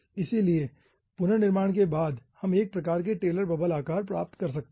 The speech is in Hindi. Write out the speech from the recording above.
इसलिए पुनर्निर्माण के बाद हम एक समान प्रकार के टेलर बबल आकार प्राप्त कर सकते हैं